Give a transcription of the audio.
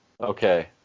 Okay